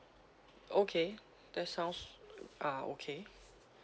okay that sounds uh okay